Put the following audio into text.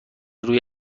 روی